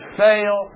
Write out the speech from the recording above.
fail